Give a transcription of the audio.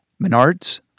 Menards